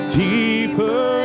deeper